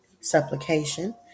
Supplication